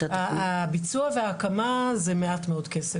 הביצוע וההקמה זה מעט מאוד כסף.